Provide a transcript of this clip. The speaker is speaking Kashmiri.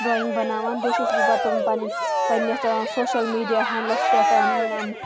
ڈرٛایِنٛگ بَناوان بیٚیہِ چھَس بہٕ پَتہٕ پَنٕنۍ پنٛنِس سوشَل میٖڈیا ہٮ۪نٛڈلَس پٮ۪ٹھ